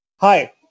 Hi